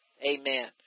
Amen